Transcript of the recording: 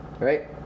Right